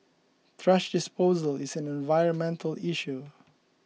thrash disposal is an environmental issue